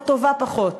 או טובה פחות?